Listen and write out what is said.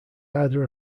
either